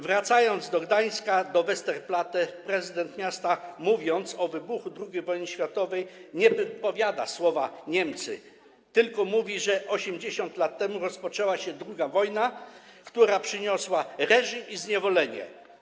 Wracając do Gdańska, do Westerplatte, prezydent miasta, mówiąc o wybuchu II wojny światowej, nie wypowiada słowa: Niemcy, tylko mówi, że 80 lat temu rozpoczęła się II wojna, która przyniosła reżim i zniewolenie.